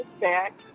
back